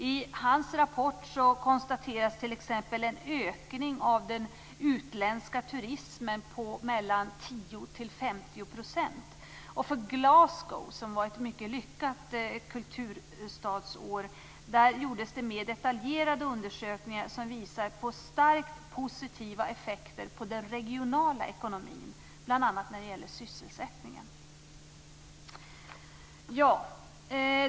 I hans rapport konstateras t.ex. en ökning av den utländska turismen om mellan 10 och 50 %. För Glasgow, som hade ett mycket lyckat kulturhuvudstadsår, gjordes mera detaljerade undersökningar, som visar på starkt positiva effekter på den regionala ekonomin bl.a. när det gäller sysselsättningen.